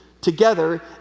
together